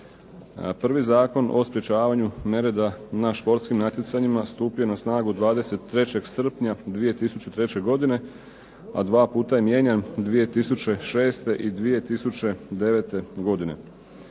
Prvi Zakon o sprečavanju nereda na športskim natjecanjima stupio je na snagu 23. srpnja 2003. godine, a dva puta je mijenjan 2006. i 2009. godine.